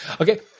Okay